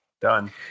Done